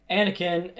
Anakin